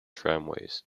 tramways